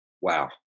wow